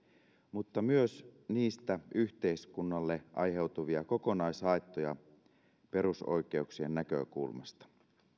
mutta myös niistä yhteiskunnalle aiheutuvia kokonaishaittoja perusoikeuksien näkökulmasta